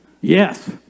Yes